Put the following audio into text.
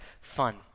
fun